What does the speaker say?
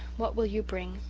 what will you bring?